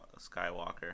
Skywalker